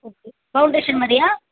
okay foundation மாதிரியா